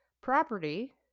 property